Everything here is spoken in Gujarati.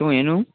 હું એનું